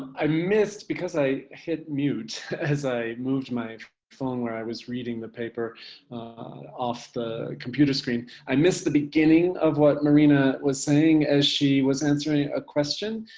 i missed, because i hit mute as i moved my phone where i was reading the paper off the computer screen, i missed the beginning of what marina was saying as she was answering a question.